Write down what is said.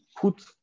put